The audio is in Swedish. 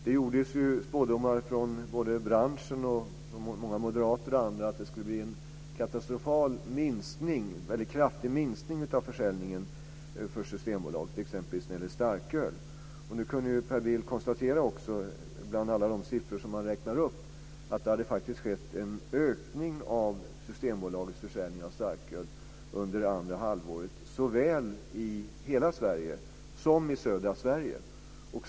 Det gjordes ju spådomar från såväl branschen som många moderater och andra om att det skulle bli en väldigt kraftig minskning av försäljningen för Systembolaget, exempelvis när det gällde starköl. Nu kunde ju Per Bill konstatera, bland alla de siffror som han räknade upp, att det faktiskt har skett en ökning av Systembolagets försäljning av starköl under andra halvåret såväl i södra Sverige som i övriga Sverige.